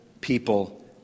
people